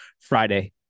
Friday